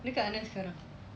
dia kat mana sekarang